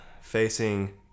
facing